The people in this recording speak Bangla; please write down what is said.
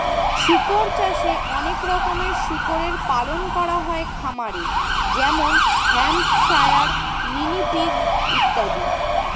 শুকর চাষে অনেক রকমের শুকরের পালন করা হয় খামারে যেমন হ্যাম্পশায়ার, মিনি পিগ ইত্যাদি